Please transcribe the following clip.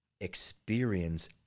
experience